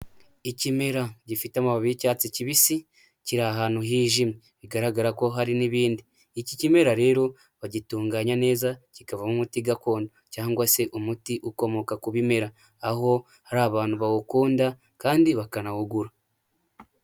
Ikimera gifite amababi y'icyatsi kibisi, kiri ahantu hijimye, bigaragara ko hari n'ibindi, iki kimera rero bagitunganya neza kikavamo umuti gakondo cyangwa se umuti ukomoka ku bimera, aho hari abantu bawukunda kandi bakanawugura.